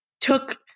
took